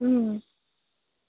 ও